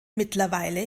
mittlerweile